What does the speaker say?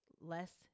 less